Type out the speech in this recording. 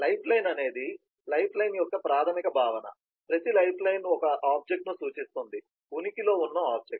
life line అనేది lifeline యొక్క ప్రాథమిక భావన ప్రతి లైఫ్ లైన్ ఒక ఆబ్జెక్ట్ ను సూచిస్తుంది ఉనికిలో ఉన్న ఆబ్జెక్ట్